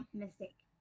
mistake